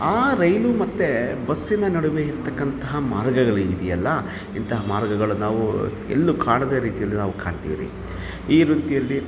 ಆ ರೈಲು ಮತ್ತು ಬಸ್ಸಿನ ನಡುವೆ ಇರುತ್ತಕಂತಹ ಮಾರ್ಗಗಳೇನಿದೆಯಲ್ಲ ಇಂತಹ ಮಾರ್ಗಗಳ ನಾವು ಎಲ್ಲೂ ಕಾಣದ ರೀತಿಯಲ್ಲಿ ನಾವು ಕಾಣ್ತೀವಿ ಈ ವೃತ್ತಿಯಲ್ಲಿ